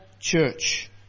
Church